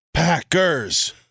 Packers